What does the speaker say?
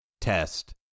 test